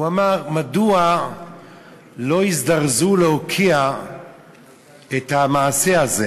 הוא אמר, מדוע לא הזדרזו להוקיע את המעשה הזה